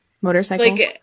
motorcycle